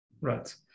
Right